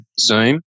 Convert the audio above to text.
Zoom